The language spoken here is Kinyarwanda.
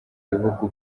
bihugu